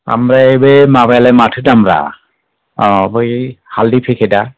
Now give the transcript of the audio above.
आमफ्राय बे माबायालाय माथो दाम ब्रा बै हालदै फेखेदा